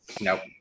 Nope